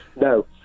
No